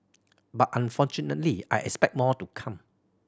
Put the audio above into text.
but unfortunately I expect more to come